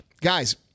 guys